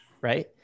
right